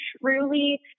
truly